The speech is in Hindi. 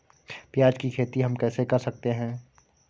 प्याज की खेती हम कैसे कर सकते हैं?